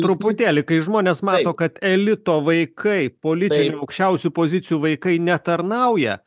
truputėlį kai žmonės mato kad elito vaikai politinių aukščiausių pozicijų vaikai netarnauja